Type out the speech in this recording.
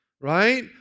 right